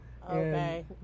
Okay